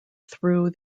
through